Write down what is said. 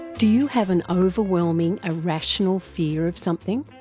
do you have an overwhelming irrational fear of something?